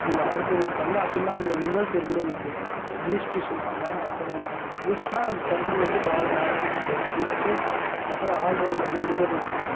இவங்க ஆறு பேர் இருப்பாங்கள் அப்படி இல்லைனா அவங்களுக்கு இன்னொரு பேர் கூட இருக்குது பூஸ்ட்டு சொல்லுவாங்கள் அப்புறம் பூஸ்ட்னா சென்டரில் இருந்து பாலு மேல தூக்கி போடுவாரு பூஸ்ட்டு அப்புறம் ஆல் ரௌண்டர் ரெண்டு பேர் இருப்பாங்கள்